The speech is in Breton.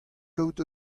kaout